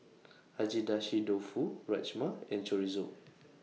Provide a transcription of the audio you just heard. Agedashi Dofu Rajma and Chorizo